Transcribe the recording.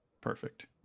perfect